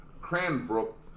Cranbrook